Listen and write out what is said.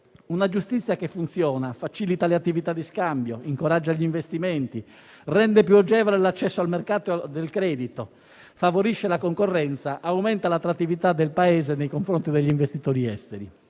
una giustizia che funziona facilita le attività di scambio, incoraggia gli investimenti, rende più agevole l'accesso al mercato del credito, favorisce la concorrenza, aumenta l'attrattività del Paese nei confronti degli investitori esteri.